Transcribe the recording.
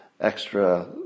extra